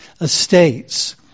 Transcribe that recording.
estates